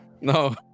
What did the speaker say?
No